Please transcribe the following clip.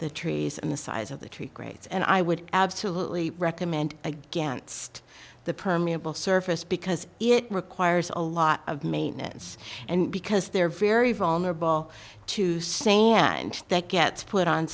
trees and the size of the tree grates and i would absolutely recommend against the permeable surface because it requires a lot of maintenance and because they're very vulnerable to same and that gets put on